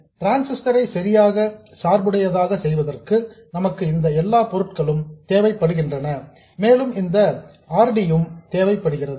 transistor ஐ சரியாக சார்புடையதாக செய்வதற்கு நமக்கு இந்த எல்லா பொருட்களும் தேவைப்படுகின்றன மேலும் இந்த R D ம் தேவைப்படுகிறது